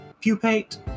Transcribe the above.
pupate